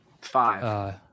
Five